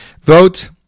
Vote